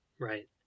right